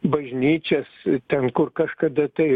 bažnyčias ten kur kažkada tai